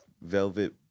velvet